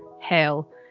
hell